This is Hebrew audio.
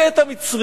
והוא מכה את המצרי.